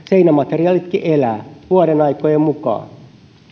seinämateriaalitkin elävät vuodenaikojen mukaan